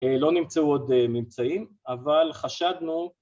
‫לא נמצאו עוד ממצאים, ‫אבל חשדנו...